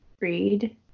read